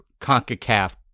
CONCACAF